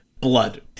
blood